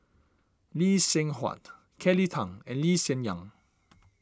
Lee Seng Huat Kelly Tang and Lee Hsien Yang